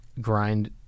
grind